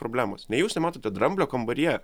problemos nejau jūs nematote dramblio kambaryje